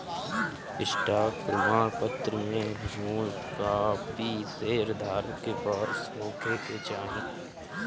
stock प्रमाणपत्र में मूल कापी शेयर धारक के पास होखे के चाही